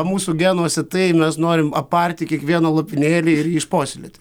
mūsų genuose tai mes norim aparti kiekvieną lopinėlį ir išpuoselėti